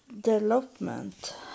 development